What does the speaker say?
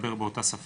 מאילת ועד אשדוד.